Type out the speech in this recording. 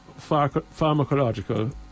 pharmacological